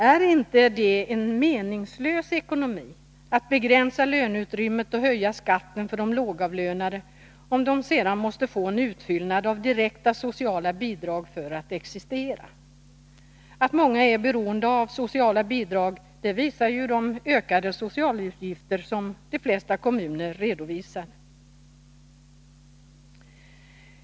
Är det inte en meningslös ekonomi att begränsa löneutrymmet och höja skatten för de lågavlönade, om dessa sedan måste få en utfyllnad av direkta sociala bidrag för att existera? Att många är beroende av sociala bidrag visar de ökade socialutgifter som de flesta kommuner redovisar.